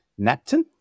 Napton